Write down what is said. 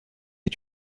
est